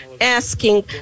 asking